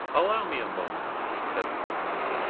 allow me a moment, said the president.